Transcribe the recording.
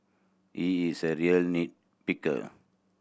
he is a real nit picker